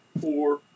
four